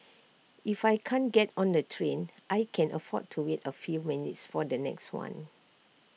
if I can't get on the train I can afford to wait A few minutes for the next one